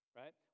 right